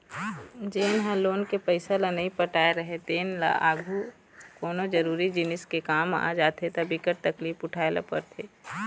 जेन ह लोन के पइसा ल नइ पटाए राहय तेन ल आघु कोनो जरुरी जिनिस के काम आ जाथे त बिकट तकलीफ उठाए ल परथे